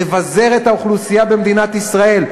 לבזר את האוכלוסייה במדינת ישראל,